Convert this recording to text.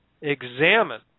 examine